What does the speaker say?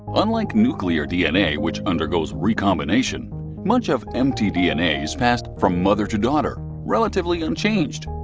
unlike nuclear dna which undergoes recombination, much of mtdna is passed from mother to daughter relatively unchanged.